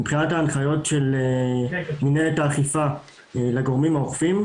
מבחינת ההנחיות של מינהלת האכיפה לגורמים האוכפים,